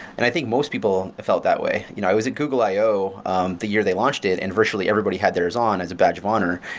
and i think most people felt that way you know i was at google i o the year they launched it and virtually everybody had theirs on as a badge of honor.